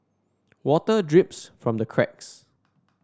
water drips from the cracks